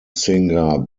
singer